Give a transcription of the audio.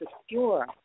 secure